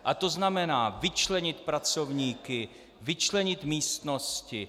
A to znamená vyčlenit pracovníky, vyčlenit místnosti.